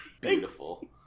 beautiful